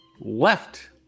left